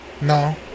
No